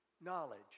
knowledge